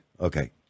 Okay